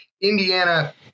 Indiana